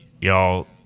y'all